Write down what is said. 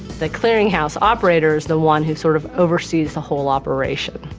the clearinghouse operator is the one who sort of oversees the whole operation.